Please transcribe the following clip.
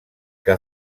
que